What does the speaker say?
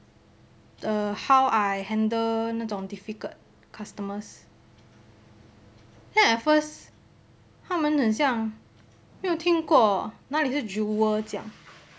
err how I handle 那种 difficult customers then at first 他们很像没有听过哪里是 jewel 这样